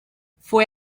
fue